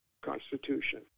constitution